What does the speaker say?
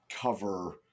cover